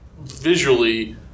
visually